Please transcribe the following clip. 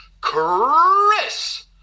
Chris